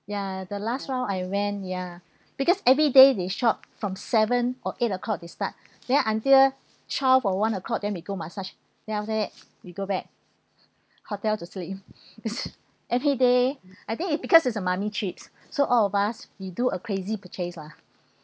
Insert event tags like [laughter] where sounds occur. ya the last round I went ya [breath] because everyday they shop from seven or eight o'clock they start [breath] then until twelve or one o'clock then we go massage then after that we go back hotel to sleep [laughs] [breath] every day [breath] I think it because it's a mummy trips so all of us we do a crazy purchase lah